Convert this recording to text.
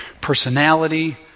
personality